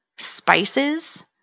spices